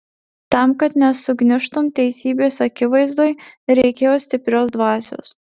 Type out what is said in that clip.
tam kad nesugniužtum teisybės akivaizdoj reikėjo stiprios dvasios